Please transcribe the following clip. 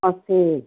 नमस्ते